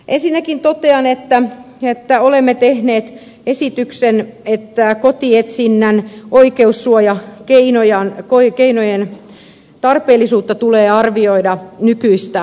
ensinnäkin totean että olemme tehneet esityksen että kotietsinnän oikeussuojakeinojen tarpeellisuutta tulee arvioida nykyistä täsmällisemmin